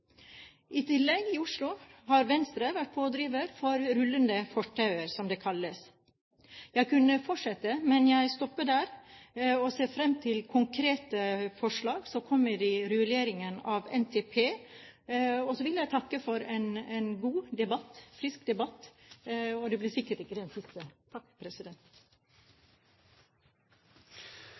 i stad. I tillegg har Venstre i Oslo vært pådriver for rullende fortau, som det kalles. Jeg kunne fortsette, men stopper her, og jeg ser fram til konkrete forslag som kommer i rulleringen av NTP. Så vil jeg takke for en god og frisk debatt – det blir sikkert ikke den siste.